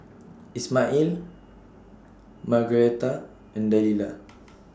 Ismael Margaretta and Delilah